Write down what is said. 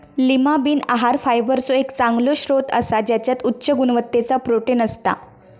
Lima bean आहार फायबरचो एक चांगलो स्त्रोत असा त्याच्यात उच्च गुणवत्तेचा प्रोटीन असता